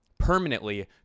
Permanently